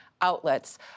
outlets